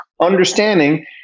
understanding